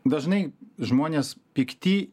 dažnai žmonės pikti